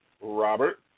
Robert